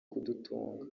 kudutunga